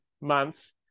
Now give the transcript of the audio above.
months